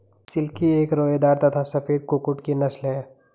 silkie एक रोएदार तथा सफेद कुक्कुट की नस्ल है